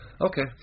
Okay